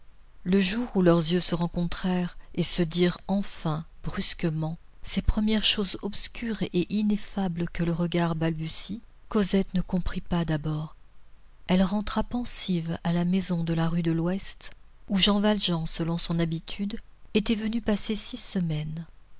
le jour où leurs yeux se rencontrèrent et se dirent enfin brusquement ces premières choses obscures et ineffables que le regard balbutie cosette ne comprit pas d'abord elle rentra pensive à la maison de la rue de l'ouest où jean valjean selon son habitude était venu passer six semaines